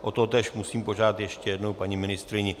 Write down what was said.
O totéž musím požádat ještě jednou paní ministryni.